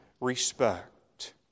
respect